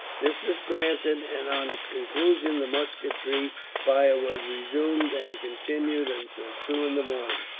this was granted, and on its conclusion the musketry fire was resumed, and continued until two in the morning.